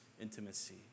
intimacy